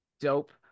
dope